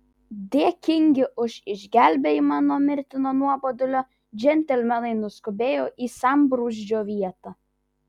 dėkingi už išgelbėjimą nuo mirtino nuobodulio džentelmenai nuskubėjo į sambrūzdžio vietą